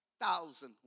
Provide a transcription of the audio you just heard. thousand